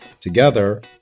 Together